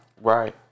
Right